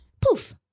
poof